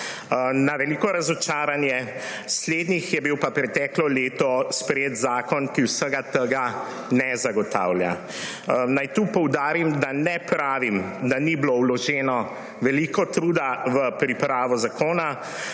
Na veliko razočaranje slednjih je bil pa preteklo leto sprejet zakon, ki vsega tega ne zagotavlja. Naj tu poudarim, da ne pravim, da ni bilo vloženega veliko truda v pripravo zakona,